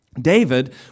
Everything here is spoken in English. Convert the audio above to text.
David